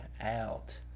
out